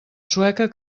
sueca